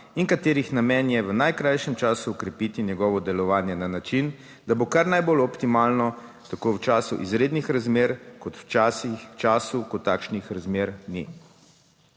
in katerih namen je v najkrajšem času okrepiti njegovo delovanje na način, da bo kar najbolj optimalno tako v času izrednih razmer kot v časih, v času, ko takšnih razmer ni.